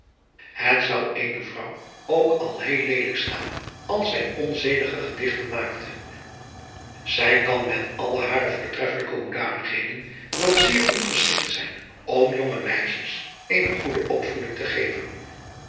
het zou eene vrouw ook al heel leelijk staan als zij onzedige gedichten maakte zij kan met alle hare voortreffelijke hoedanigheden wel zeer ongeschikt zijn om jonge meisjes eene goede opvoeding te geven